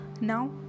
Now